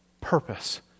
purpose